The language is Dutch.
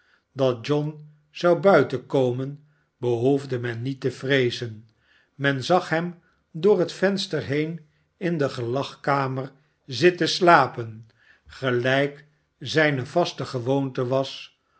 dat john zou buiten komen behoefde men niet te vreezen men zag hem door het venster heen in de gelagkamer zitten slapen gelijk zijne vaste gewoonte was